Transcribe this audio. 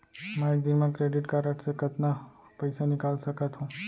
मैं एक दिन म क्रेडिट कारड से कतना पइसा निकाल सकत हो?